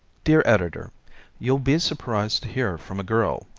dear editor you'll be surprised to hear from a girl,